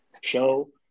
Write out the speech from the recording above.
show